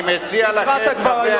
אני מציע לכם,